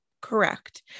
correct